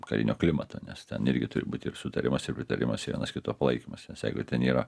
karinio klimato nes ten irgi turi būti ir sutarimas ir pritarimas ir vienas kito palaikymas nes jeigu ten yra